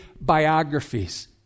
biographies